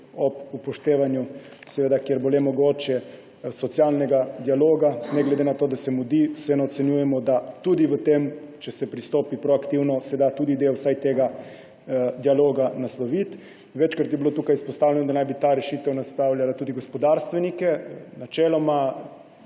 ob upoštevanju, kjer bo le mogoče, socialnega dialoga. Ne glede na to, da se mudi, ocenjujemo, da se da, če se pristopi proaktivno, tudi del vsaj tega dialoga nasloviti. Večkrat je bilo tukaj izpostavljeno, da naj bi ta rešitev naslavljala tudi gospodarstvenike. Načeloma